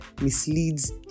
misleads